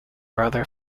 brother